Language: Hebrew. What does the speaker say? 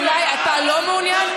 אולי אתה לא מעוניין.